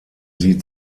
sie